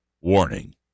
Warning